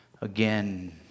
again